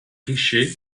richer